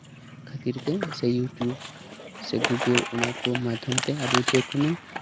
ᱠᱷᱟᱹᱛᱤᱨ ᱛᱮ ᱥᱮ ᱤᱭᱩᱴᱩᱵ ᱥᱮ ᱜᱩᱜᱳᱞ ᱚᱱᱟ ᱠᱚ ᱢᱟᱫᱽᱫᱷᱚᱢᱛᱮ ᱡᱮᱠᱳᱱᱳ